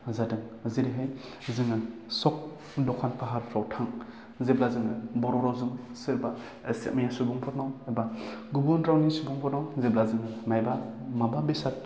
जादों जेरैहाय जोङो सब दखान फाहारफ्राव थां जेब्ला जोङो बर' रावजों सोरबा एसामिस सुबुंफोरनाव एबा गुबुन रावनि सुुबंफोरनाव जेब्ला जों माइबा माबा बेसाद